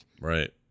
Right